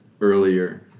earlier